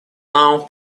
now